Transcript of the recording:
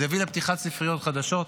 זה יביא לפתיחת ספריות חדשות,